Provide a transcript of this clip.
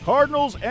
Cardinals